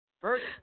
first